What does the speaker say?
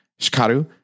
Shikaru